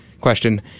question